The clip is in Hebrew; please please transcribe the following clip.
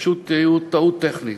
פשוט טעות טכנית.